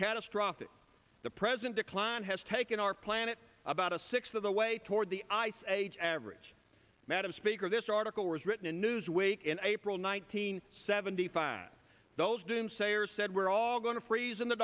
catastrophic the present decline has taken our planet about a sixth of the way toward the ice age average madam speaker this article was written in newsweek in april nineteenth seventy five those doom sayers said we're all going to freeze in the